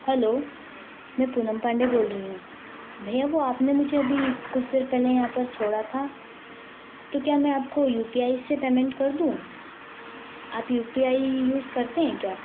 hello मैं पूनम पांडे बोल रही हूँ भैया वो आपने मुझे अभी कुछ देर पहले यहाँ पर छोड़ा था तो क्या मैं आपको यू पी आई से पैमेंट कर दूँ आप यू पी आई यूज़ करते हैं क्या